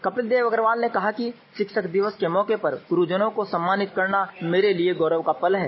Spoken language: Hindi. कपिलदेव अग्रवाल ने कहा कि शिक्षक दिवस के मौके पर गुरूजनों को सम्मानित करना मेरे लिए गौरव का पल है